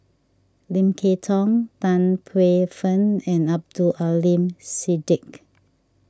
Lim Kay Tong Tan Paey Fern and Abdul Aleem Siddique